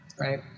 right